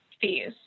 fees